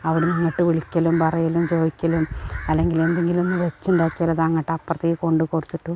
അവിടുന്ന് ഇങ്ങോട്ട് വിളിക്കലും പറയലും ചോദിക്കലും അല്ലെങ്കിൽ എന്തെങ്കിലും നിങ്ങള് വച്ച് ഉണ്ടാക്കിയാല് അങ്ങോട്ട് അപ്പുറത്തേക്ക് കൊണ്ട് കൊടുത്തിട്ടും